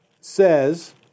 says